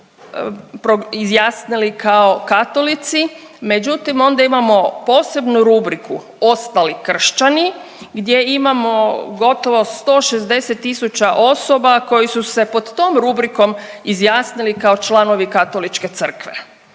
izjasnili kao katolici. Međutim, onda imamo posebnu rubriku ostali kršćani gdje imamo gotovo 160 000 osoba koji su se pod tom rubrikom izjasnili kao članovi Katoličke crkve.